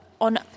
on